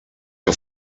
que